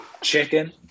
chicken